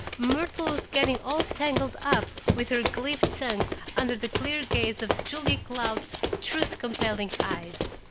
myrtle was getting all tangled up with her glib tongue under the clear gaze of julia cloud's truth-compelling eyes.